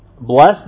Bless